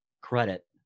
credit